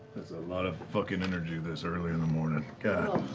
that's a lot of fucking energy this early in the morning. god.